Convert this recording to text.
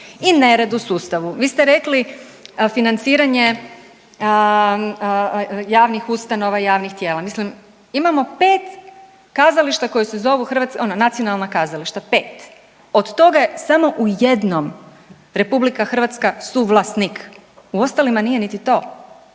i nered u sustavu. Vi ste rekli financiranje javnih ustanova i javnih tijela, mislim imamo 5 kazališta koja se zovu ono nacionalna kazališta, 5, od toga je samo u jednom RH suvlasnik, u ostalima nije niti to,